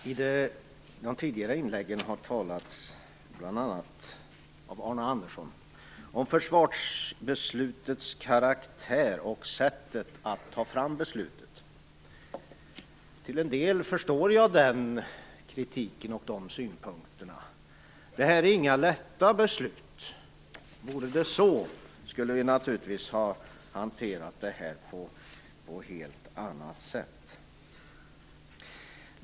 Fru talman! De tidigare talarna, bl.a. Arne Andersson, har talat om försvarsbeslutets karaktär och sättet att ta fram beslutet. Till en del förstår jag den kritik och de synpunkter som har förts fram. Det här är inga lätta beslut. Vore det så skulle vi naturligtvis ha hanterat det här på ett helt annat sätt.